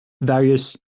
various